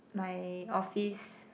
my office